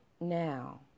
Now